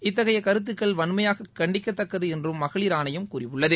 இத்தகைய கருத்துக்கள் வன்மையாக கண்டிக்கத்தக்கது என்றும் மகளிர் ஆணையும் கூறியுள்ளது